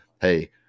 hey